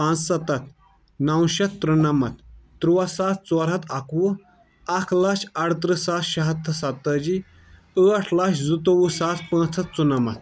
پانٛژستتھ نو شیتھ ترُنمتھ ترُواہ ساس ژور ہتھ اکوہ اکھ لچھ ارٕترٕہ ساس شےٚ ہتھ تہٕ ستہٕ تٲجی آٹھ لچھ زٕتوُوہ ساس پانژھ ہتھ ژُنمتھ